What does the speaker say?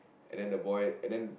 and then the boy and then